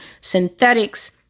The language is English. Synthetics